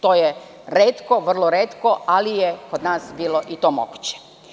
To je retko, vrlo retko, ali je kod nas bilo i to moguće.